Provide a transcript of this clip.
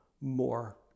more